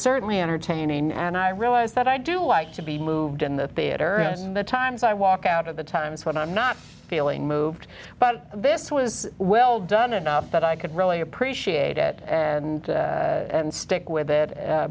certainly entertaining and i realize that i do like to be moved in the theater and the times i walk out of the times when i'm not feeling moved but this was well done enough that i could really appreciate it and stick with